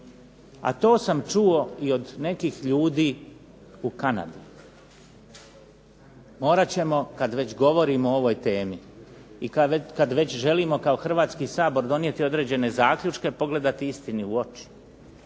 a to sam čuo i od nekih ljudi u Kanadi. Morat ćemo, kad već govorimo o ovoj temi i kad već želimo kao Hrvatski sabor donijeti određene zaključke, pogledati istini u oči